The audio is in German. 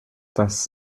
das